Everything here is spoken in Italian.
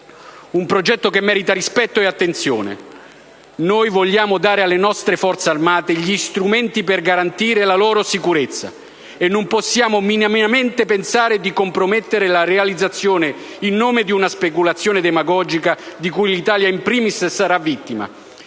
un progetto che merita rispetto e attenzione. Noi vogliamo dare alle nostre Forze armate gli strumenti per garantire la loro sicurezza e non possiamo minimamente pensare di comprometterne la realizzazione in nome di una speculazione demagogica di cui l'Italia *in primis* sarà vittima.